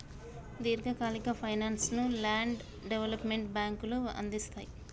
దీర్ఘకాలిక ఫైనాన్స్ ను land development బ్యేంకులు అందిస్తయ్